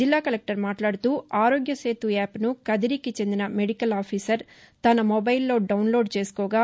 జిల్లా కలెక్లర్ మాట్లాడుతూ ఆరోగ్య సేతు యాప్ ను కదిరికి చెందిన మెదికల్ ఆఫీసర్ తన మొబైల్లో డౌన్లోడ్ చేసుకోగా